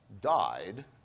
died